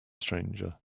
stranger